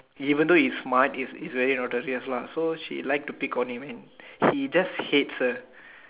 even though he is smart he is very notorious lah so she like to pick on him he just hates her